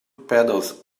pedals